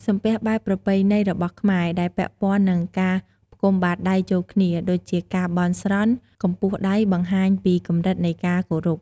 សំពះបែបប្រពៃណីរបស់ខ្មែរ ដែលពាក់ព័ន្ធនឹងការផ្គុំបាតដៃចូលគ្នា ដូចជាការបន់ស្រន់ កម្ពស់ដៃបង្ហាញពីកម្រិតនៃការគោរព។